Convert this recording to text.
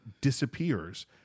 disappears